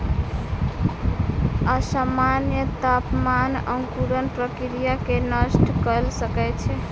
असामन्य तापमान अंकुरण प्रक्रिया के नष्ट कय सकै छै